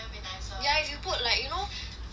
yeah if you put like you know the korean